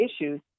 issues